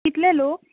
कितले लोक